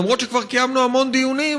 למרות שכבר קיימנו המון דיונים,